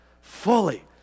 fully